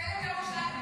הפלג הירושלמי.